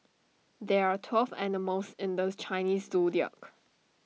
there are twelve animals in the Chinese Zodiac